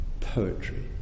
poetry